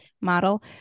model